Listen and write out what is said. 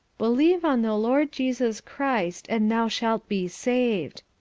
believe on the lord jesus christ, and thou shalt be saved.